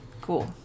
Cool